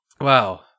Wow